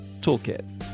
toolkit